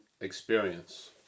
experience